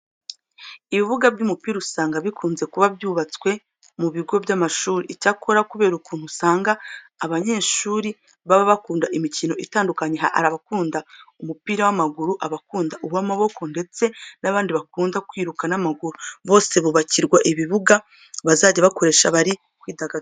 Ibibuga by'umupira usanga bikunze kuba byubatswe mu bigo by'amashuri. Icyakora kubera ukuntu usanga abanyeshuri baba bakunda imikino itandukanye hari abakunda umupira w'amaguru, abakunda uw'amaboko ndetse n'abandi bakunda kwiruka n'amaguru, bose bubakirwa ibibuga bazajya bakoresha bari kwidagadura.